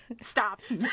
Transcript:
Stops